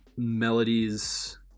Melodies